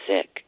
sick